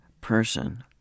person